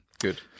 Good